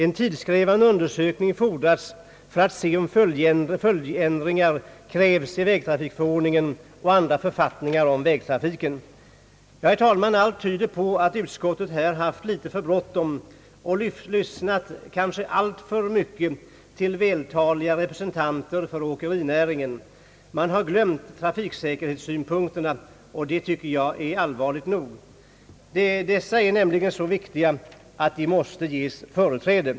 En tidskrävande undersökning fordras för att se om följdändringar krävs i vägtrafikförordningen och andra författningar om vägtrafiken. Herr talman! Allt tyder på att utskottet här har haft litet för bråttom och lyssnat alltför mycket till vältaliga representanter för åkerinäringen. Utskottet har glömt trafiksäkerhetssynpunkterna, vilket jag tycker är allvarligt nog. Dessa är nämligen så viktiga att de måste ges företräde.